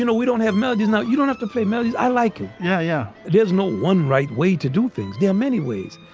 you know we don't have you know, you don't have to play melody. i like it yeah. yeah. there's no one right way to do things. there are many ways.